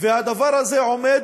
והדבר הזה עומד